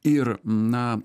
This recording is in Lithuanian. ir na